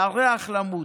והריח, למות.